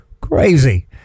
Crazy